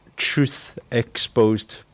truth-exposed